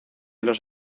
los